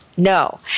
No